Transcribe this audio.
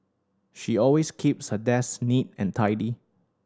she always keeps her desk neat and tidy